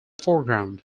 foreground